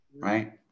right